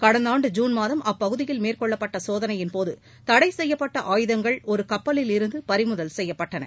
கடந்த ஆண்டு ஜுன் மாதம் அப்பகுதியில் மேற்கொள்ளப்பட்ட சோதனையின்போது தடை செய்யப்பட்ட ஆயுதங்கள் ஒரு கப்பலில் இருந்து பறிமுதல் செய்யப்பட்டன